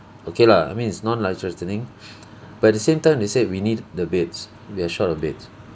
okay lah I mean it's non life threatening but at the same time they said we need the beds we're short of beds